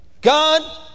God